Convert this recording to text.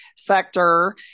sector